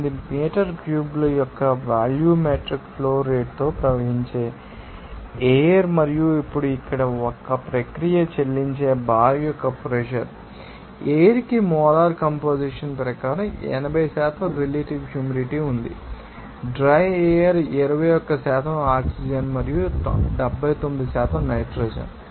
8 metre cube యొక్క volumetric flow రేటుతో ప్రవహించే ఎయిర్ మరియు ఇప్పుడు ఇక్కడ ఒక ప్రక్రియకు చెల్లించే బార్ యొక్క ప్రెషర్ ఎయిర్ కి మోలార్ కంపొజిషన్ ప్రకారం 80 రిలేటివ్ హ్యూమిడిటీ ఉంది డ్రై ఎయిర్ 21 ఆక్సిజన్ మరియు 79 నైట్రోజన్